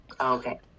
Okay